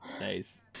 Nice